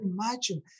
imagine